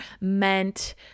meant